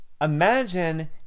Imagine